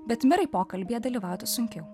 bet mirai pokalbyje dalyvauti sunkiau